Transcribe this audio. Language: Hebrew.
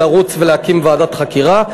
לרוץ ולהקים ועדת חקירה.